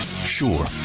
Sure